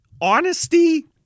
honesty